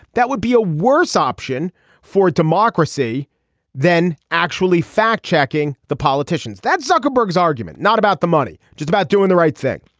that would be a worse option for democracy than actually fact checking the politicians that zuckerberg is argument not about the money. just about doing the right thing